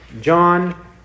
John